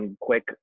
quick